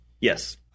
Yes